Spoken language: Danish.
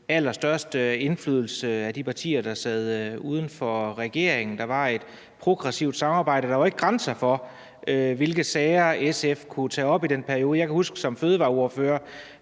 allerstørst indflydelse. Der var et progressivt samarbejde. Der var ikke grænser for, hvilke sager SF kunne tage op i den periode. Jeg kan huske, at jeg som fødevareordfører